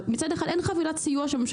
מצד אחד, הממשלה לא שמה חבילת סיוע.